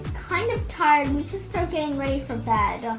kind of tired, we should start getting ready for bed.